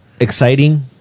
Exciting